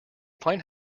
find